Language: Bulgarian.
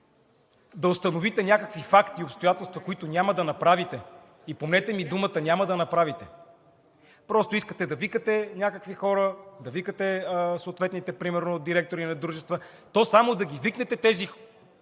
да установите някакви факти и обстоятелства, които няма да направите, и помнете ми думата, няма да направите. Просто искате да викате някакви хора, да викате съответните примерно директори на дружества. То само за да ги викнете тези